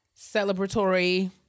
celebratory